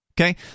Okay